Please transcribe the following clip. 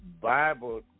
Bible